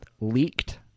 leaked